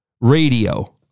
radio